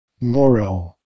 Moral